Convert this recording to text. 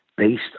Based